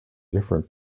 different